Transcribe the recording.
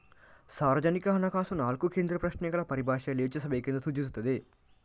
ಸಾರ್ವಜನಿಕ ಹಣಕಾಸು ನಾಲ್ಕು ಕೇಂದ್ರೀಯ ಪ್ರಶ್ನೆಗಳ ಪರಿಭಾಷೆಯಲ್ಲಿ ಯೋಚಿಸಬೇಕೆಂದು ಸೂಚಿಸುತ್ತದೆ